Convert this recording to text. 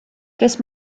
kes